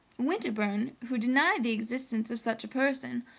winterbourne, who denied the existence of such a person,